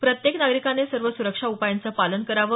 प्रत्येक नागरिकाने सर्व सुरक्षा उपायांचं पालन करावं